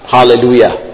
Hallelujah